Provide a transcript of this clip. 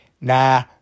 nah